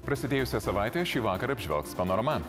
prasidėjusią savaitę šįvakar apžvelgs panorama